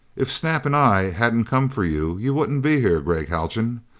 if snap and i hadn't come for you, you wouldn't be here, gregg haljan.